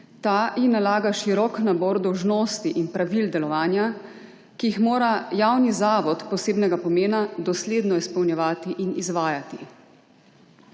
Ta ji nalaga širok nabor dolžnosti in pravil delovanja, ki jih mora javni zavod posebnega pomena dosledno izpolnjevati in izvajati.